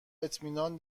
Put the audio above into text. اطمینان